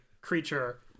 creature